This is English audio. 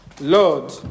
Lord